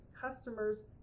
customers